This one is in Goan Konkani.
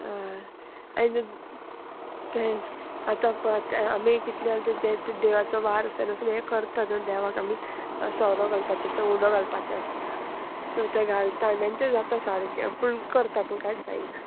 हय आनी तें तेंच आतां पळय ते आमी कितले जाल्यार ते देवाचो वार आसता न्हू हें करता न्हू देवाक आमी सोरो घालपाचें आसता उदक घालपाचें आसता सो तें घालता आम आमी आनी तें जाता सारकें पूण करता पूण कांयच जायना